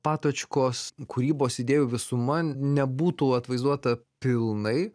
patočkos kūrybos idėjų visuma nebūtų atvaizduota pilnai